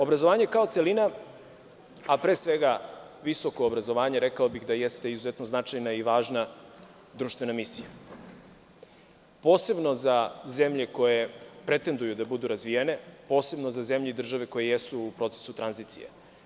Obrazovanje kao celina, a pre svega visoko obrazovanje, rekao bih da jeste izuzetno značajna i važna društvena misija, posebno za zemlje koje pretenduju da budu razvijene, posebno za zemlje i države koje jesu u procesu tranzicije.